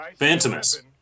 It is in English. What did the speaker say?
Phantomus